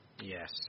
Yes